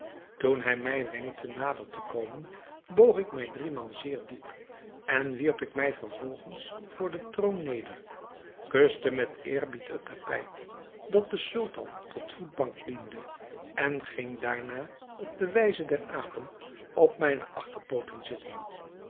toen hij mij wenkte nader te komen boog ik mij driemaal zeer diep en wierp ik mij vervolgens voor den troon neder kuste met eerbied het tapijt dat den sultan tot voetbank diende en ging daarna op de wijze der apen op mijne achterpooten zitten